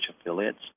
affiliates